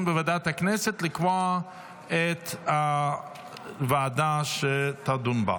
בוועדת הכנסת לקבוע את הוועדה שתדון בה.